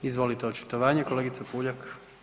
Izvolite očitovanje, kolegice Puljak.